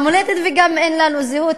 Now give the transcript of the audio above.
אין לנו קשר עם המולדת וגם אין לנו זהות,